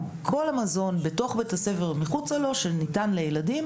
כל המזון בתוך בית הספר ומחוצה לו שניתן לילדים,